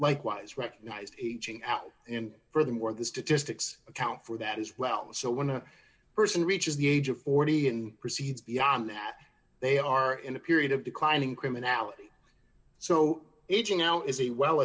likewise recognized aging out and furthermore the statistics account for that as well so when a person reaches the age of forty and proceeds beyond that they are in a period of declining criminality so eating out is a well